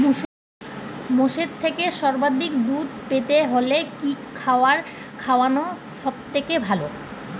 মোষের থেকে সর্বাধিক দুধ পেতে হলে কি খাবার খাওয়ানো সবথেকে ভালো?